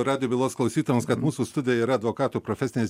radijo bylos klausytojams kad mūsų studijoj yra advokatų profesinės